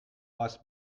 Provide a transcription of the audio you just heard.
was